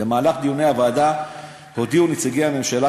במהלך דיוני הוועדה הודיעו נציגי הממשלה